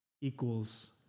equals